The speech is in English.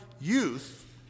youth